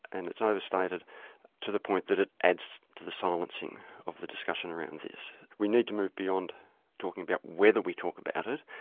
and it's overstated to the point that it adds to the silencing of the discussion around this. we need to move beyond talking about whether we talk about it,